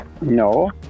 No